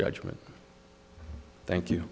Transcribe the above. judgment thank you